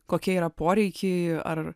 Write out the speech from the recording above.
kokie yra poreikiai ar